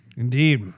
Indeed